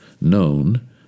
Known